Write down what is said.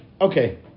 okay